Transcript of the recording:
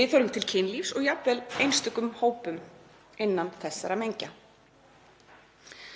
viðhorfum til kynlífs og jafnvel einstökum hópum innan þeirra mengja.